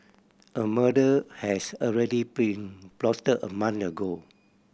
a murder has already been plotted a month ago